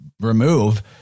remove